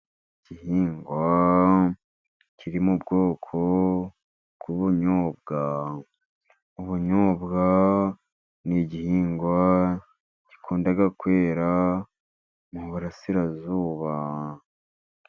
Igihingwa kiri m'ubwoko bw'ubunyobwa, ubunyobwa n'igihingwa gikunda kwera mu burasirazuba.